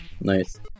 Nice